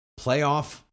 Playoff